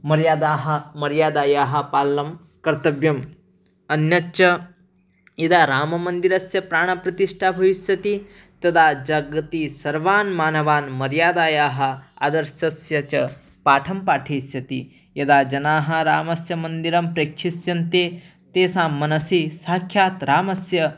मर्यादाः मर्यादयाः पालनं कर्तव्यम् अन्यच्च यदा राममन्दिरस्य प्राणप्रतिष्ठा भविष्यति तदा जगति सर्वान् मानवान् मर्यादायाः आदर्शस्य च पाठं पाठयिष्यति यदा जनाः रामस्य मन्दिरं प्रेक्षिष्यन्ति तेषां मनसि साक्षात् रामस्य